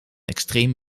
extreem